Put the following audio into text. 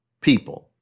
people